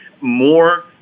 more